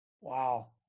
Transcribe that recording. Wow